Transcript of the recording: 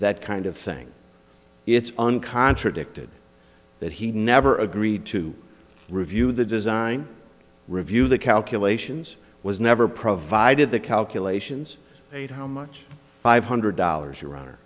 that kind of thing it's on contradicted that he never agreed to review the design review the calculations was never provided the calculations eight how much five hundred dollars your